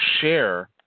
share